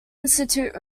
institute